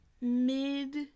mid